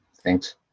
Thanks